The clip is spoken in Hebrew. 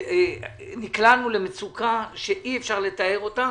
נקלענו למצוקה שאי אפשר לתאר אותה,